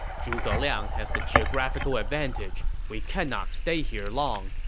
zhuge liang has the geographical advantage we cannot stay here long.